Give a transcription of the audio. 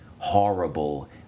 horrible